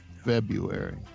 February